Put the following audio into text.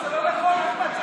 אז זה לא נכון, אחמד.